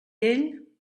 ell